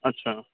আচ্ছা